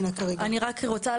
(2) פסקה (4) - תימחק,